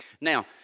Now